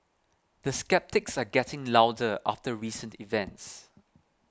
the sceptics are getting louder after recent events